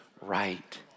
right